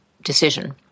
decision